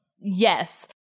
Yes